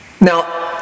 Now